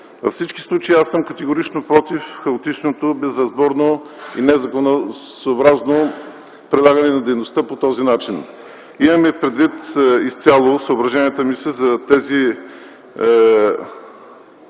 Във всички случаи аз съм категорично против хаотичното, безразборно и незаконосъобразно прилагане на дейността по този начин. Съображенията ми са за тези